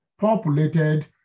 populated